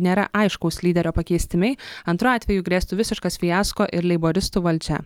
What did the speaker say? nėra aiškaus lyderio pakeisti mey antru atveju grėstų visiškas fiasko ir leiboristų valdžia